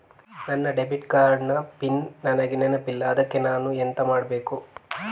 ನನ್ನ debit card ನ PIN ನನಗೆ ನೆನಪಿಲ್ಲ ಅದ್ಕೆ ನಾನು ಎಂತ ಮಾಡಬೇಕು?